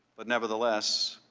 but nevertheless,